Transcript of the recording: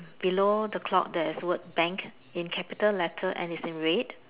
below the clock there's the word bank in capital letter and it's in red